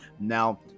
now